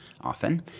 often